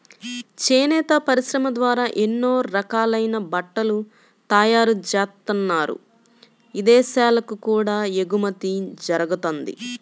చేనేత పరిశ్రమ ద్వారా ఎన్నో రకాలైన బట్టలు తయారుజేత్తన్నారు, ఇదేశాలకు కూడా ఎగుమతి జరగతంది